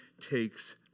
takes